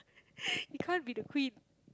you can't be the queen